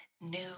new